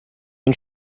این